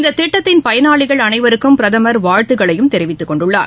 இந்ததிட்டத்தின் பயனாளிகள் அனைவருக்கும் பிரதமர் வாழ்த்துக்களையும் தெரிவித்துக்கொண்டுள்ளார்